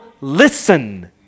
listen